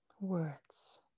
words